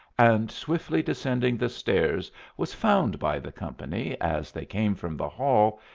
and swiftly descending the stairs was found by the company, as they came from the hall,